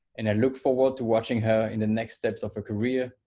and i look forward to watching her in the next steps of her career,